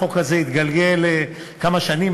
החוק הזה התגלגל כמה שנים,